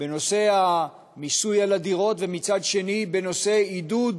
בנושא המיסוי על הדירות, ומצד שני בנושא עידוד